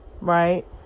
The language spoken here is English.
right